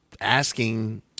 asking